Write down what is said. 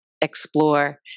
explore